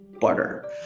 butter